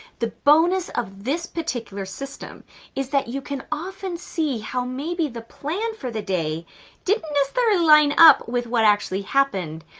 the bonus of this particular system is that you can often see how maybe the plan for the day didn't necessarily line up with what actually happened,